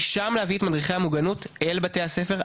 משם להביא את מדריכי המוגנות אל בתי הספר,